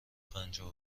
پنجاه